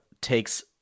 takes